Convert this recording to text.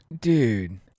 Dude